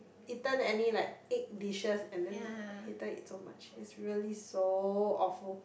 eaten any like egg dishes and then hated it so much it's really so awful